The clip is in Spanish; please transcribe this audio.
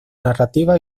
narrativa